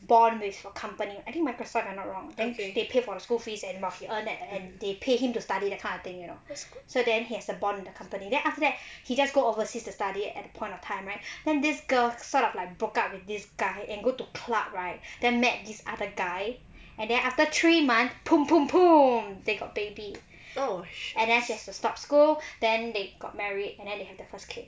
bond with a company I think Microsoft if I'm not wrong then they pay for the school fees and !wah! he earn and then they pay him to study that kind of thing you know so then he has a bond with the company then after that he just go overseas to study at the point of time right then this girl sort of like broke up with this guy and go to club right then met this other guy and then after three months they got baby and now she has to stop school then they got married and then they have their first kid